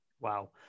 Wow